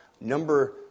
number